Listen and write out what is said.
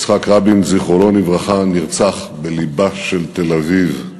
יצחק רבין, זיכרונו לברכה, נרצח בלבה של תל-אביב.